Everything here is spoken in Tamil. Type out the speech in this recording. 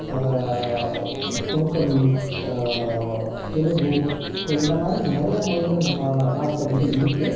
கொங்கனி தெலுங்கு ஸோ இந்த மாதிரி நிறைய மொழிகள் நம்ம நாட்டில் வந்து இருக்குது